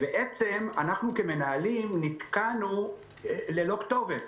בעצם אנחנו כמנהלים נתקענו ללא כתובת.